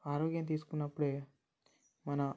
ఆరోగ్యం తీసుకున్నప్పుడు మన